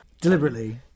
deliberately